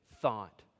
thought